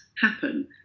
happen